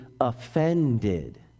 offended